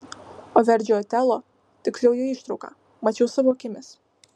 o verdžio otelo tiksliau jo ištrauką mačiau savo akimis